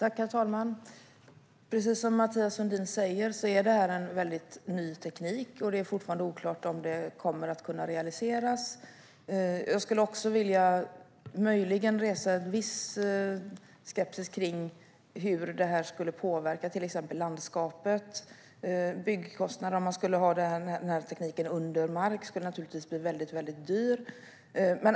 Herr talman! Precis som Mathias Sundin säger är det här en väldigt ny teknik, och det är fortfarande oklart om det kommer att kunna realiseras. Jag skulle också möjligen vilja resa en viss skepsis kring hur det skulle påverka till exempel landskapet. Byggkostnaderna om man skulle ha den här tekniken under marken skulle naturligtvis bli väldigt, väldigt höga.